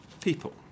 people